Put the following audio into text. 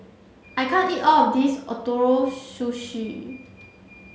I can't eat all of this Ootoro Sushi